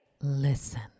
Listen